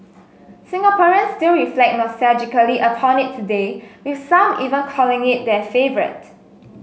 Singaporeans still reflect nostalgically upon it today with some even calling it their favourite